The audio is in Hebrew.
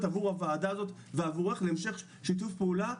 עבור הוועדה הזאת ועבורך להמשך שיתוף פעולה,